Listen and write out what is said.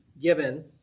given